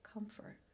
Comfort